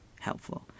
helpful